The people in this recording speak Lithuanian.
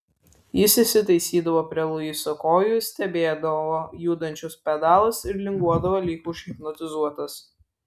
jis įsitaisydavo prie luiso kojų stebėdavo judančius pedalus ir linguodavo lyg užhipnotizuotas